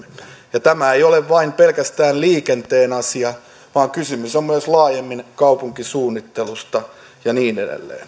tämä ei ole pelkästään liikenteen asia vaan kysymys on myös laajemmin kaupunkisuunnittelusta ja niin